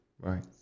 right